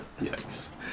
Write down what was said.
Yes